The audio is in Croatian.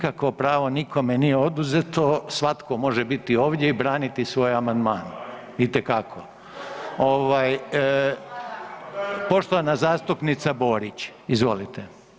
Nikakvo pravo nikome nije oduzeto, svatko može biti ovdje i braniti svoje amandmane itekako. ... [[Upadica se ne čuje.]] Poštovana zastupnica Borić, izvolite.